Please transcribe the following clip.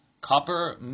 copper